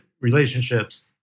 relationships